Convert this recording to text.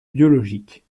biologiques